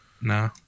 No